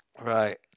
Right